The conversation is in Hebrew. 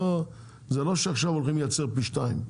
זה לא שעכשיו הולכים לייצר פי שתיים.